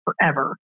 forever